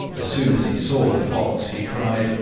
as soon as he saw the fox he cried,